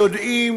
אינו נוכח,